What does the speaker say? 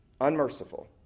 Unmerciful